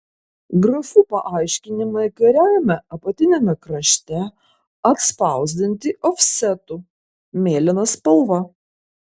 grafų paaiškinimai kairiajame apatiniame krašte atspausdinti ofsetu mėlyna spalva